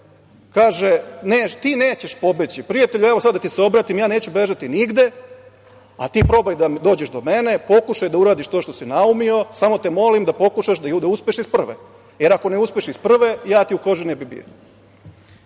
kaže – ti nećeš pobeći. Prijatelju, evo sada da ti se obratim, ja neću bežati nigde, a ti probaj da dođeš do mene, pokušaj da uradiš to što si naumio, samo te molim da pokušaš da uspeš iz prve, jer ako ne uspeš iz prve, ja ti u koži ne bi bio